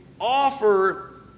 offer